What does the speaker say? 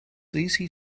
easy